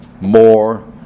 more